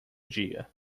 dia